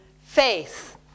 faith